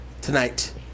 tonight